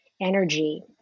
energy